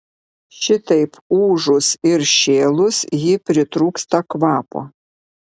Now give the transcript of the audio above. šitaip ūžus ir šėlus ji pritrūksta kvapo